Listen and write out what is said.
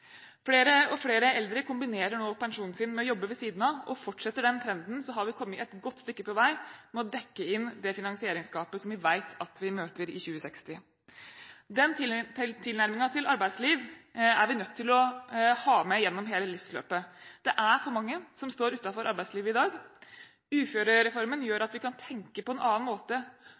Flere og flere eldre kombinerer nå pensjonen sin med å jobbe ved siden av. Fortsetter den trenden, har vi kommet et godt stykke på vei med å dekke inn det finansieringsgapet som vi vet at vi møter i 2060. Den tilnærmingen til arbeidsliv er vi nødt til å ha med gjennom hele livsløpet. Det er for mange som står utenfor arbeidslivet i dag. Uførereformen gjør at vi kan tenke på en annen måte.